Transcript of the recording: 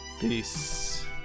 peace